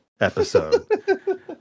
episode